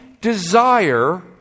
desire